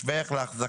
שווה ערך להחזקות.